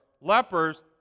lepers